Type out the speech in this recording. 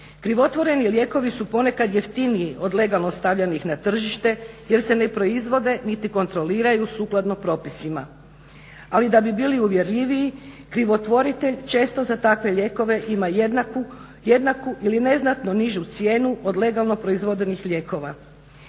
Krivotvoreni lijekovi su ponekad jeftiniji od legalno stavljenih na tržište jer se ne proizvode niti kontroliraju sukladno propisima. Ali da bi bili uvjerljiviji krivotvoritelj često za takve lijekove ima jednaku ili neznatno nižu cijenu od legalno proizvedenih lijekova.